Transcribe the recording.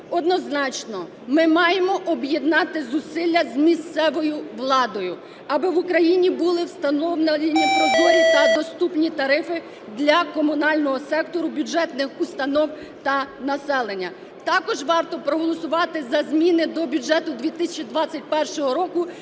Однозначно, ми маємо об'єднати зусилля з місцевою владою, аби в Україні були встановлені прозорі та доступні тарифи для комунального сектору, бюджетних установ та населення. Також варто проголосувати за зміни до бюджету 2021 року